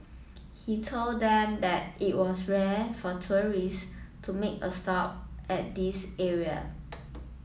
he told them that it was rare for tourists to make a stop at this area